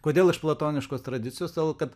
kodėl iš platoniškos tradicijos todėl kad